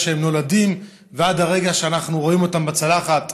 שהם נולדים ועד הרגע שאנחנו רואים אותם בצלחת,